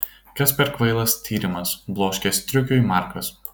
kas per kvailas tyrimas bloškė striukiui markas